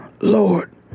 Lord